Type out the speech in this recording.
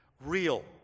real